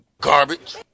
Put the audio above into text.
garbage